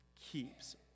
keeps